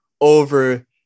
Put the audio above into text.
over